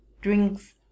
drinks